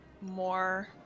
more